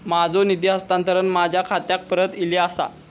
माझो निधी हस्तांतरण माझ्या खात्याक परत इले आसा